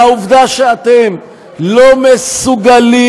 והעובדה שאתם לא מסוגלים,